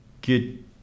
good